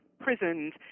prisons